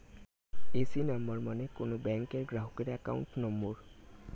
AC number মানে কোন ব্যাংকের গ্রাহকের অ্যাকাউন্ট নম্বর